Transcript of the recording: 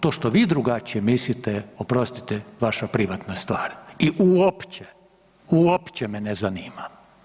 To što vi drugačije mislite oprostite, vaša privatna stvar i uopće, uopće me ne zanima.